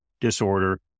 disorder